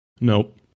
Nope